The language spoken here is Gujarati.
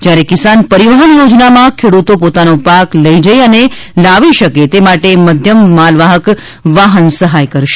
જ્યારે કિસાન પરિવહન યોજનામાં ખેડૂતો પોતોના પાક લઈ જઈ અને લાવી શકે તે માટે મધ્યમ માલવાહક વાહન સહાય કરશે